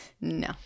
No